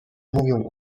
mówią